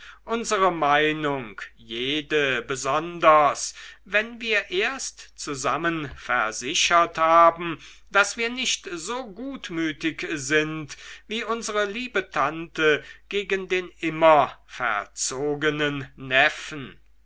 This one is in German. unsere meinung jede besonders wenn wir erst zusammen versichert haben daß wir nicht so gutmütig sind wie unsere liebe tante gegen den immer verzogenen neffen